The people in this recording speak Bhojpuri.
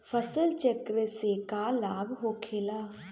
फसल चक्र से का लाभ होखेला?